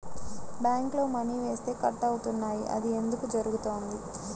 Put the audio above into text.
బ్యాంక్లో మని వేస్తే కట్ అవుతున్నాయి అది ఎందుకు జరుగుతోంది?